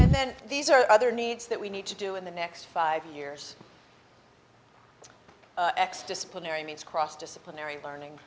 and then these are other needs that we need to do in the next five years x disciplinary means cross disciplinary learning